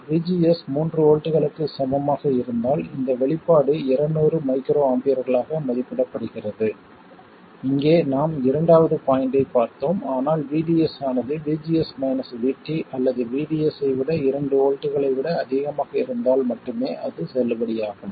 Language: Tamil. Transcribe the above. VGS மூன்று வோல்ட்டுகளுக்குச் சமமாக இருந்தால் இந்த வெளிப்பாடு இருநூறு மைக்ரோஆம்பியர்களாக மதிப்பிடப்படுகிறது இங்கே நாம் இரண்டாவது பாய்ண்ட்டைப் பார்த்தோம் ஆனால் VDS ஆனது VGS மைனஸ் VT அல்லது VDS ஐ விட இரண்டு வோல்ட்டுகளை விட அதிகமாக இருந்தால் மட்டுமே அது செல்லுபடியாகும்